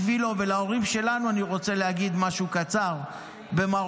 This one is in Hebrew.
בשבילו ובשביל ההורים שלנו אני רוצה להגיד משהו קצר במרוקאית,